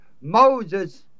Moses